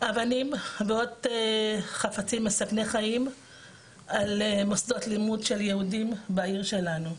אבנים ועוד חפצים מסכני חיים על מוסדות לימוד של יהודים בעיר שלנו.